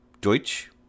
Deutsch